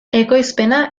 ekoizpena